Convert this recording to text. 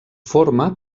forma